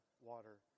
water